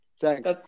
Thanks